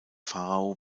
pharao